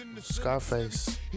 Scarface